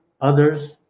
others